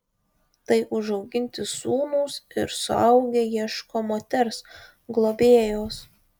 tai užauginti sūnūs ir suaugę ieško moters globėjos